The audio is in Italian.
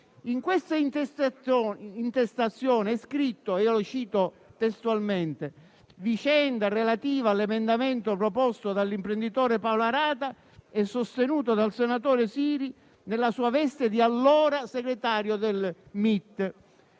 In questa intestazione è scritto e cito testualmente: «Vicenda relativa all'emendamento proposto dall'imprenditore Paolo Arata e sostenuto dal senatore Siri nella sua veste di allora Sottosegretario del MIT».